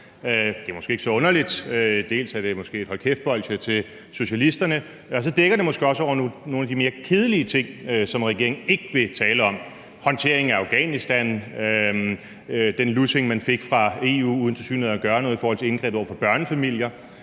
Det er måske ikke så underligt. Dels er det måske et holdkæftbolsje til socialisterne, dels dækker det så måske også over nogle af de mere kedelige ting, som regeringen ikke vil tale om, nemlig håndteringen af Afghanistan; den lussing, man fik fra EU uden tilsyneladende at gøre noget i forhold til indgrebet over for børnefamilier,